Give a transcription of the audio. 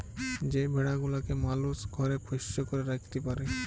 যে ভেড়া গুলাকে মালুস ঘরে পোষ্য করে রাখত্যে পারে